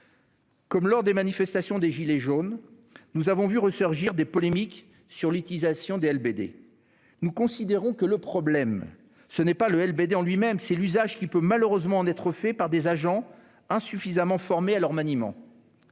Comme lors des manifestations des « gilets jaunes », nous avons vu resurgir des polémiques sur l'utilisation des LBD. Nous considérons que le problème n'est pas le LBD en lui-même : c'est l'usage qui peut malheureusement en être fait par des agents insuffisamment formés à son maniement.